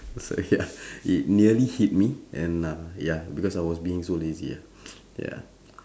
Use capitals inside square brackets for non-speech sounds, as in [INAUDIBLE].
so ya [LAUGHS] it nearly hit me and uh ya because I was being so lazy uh [BREATH] ya [NOISE]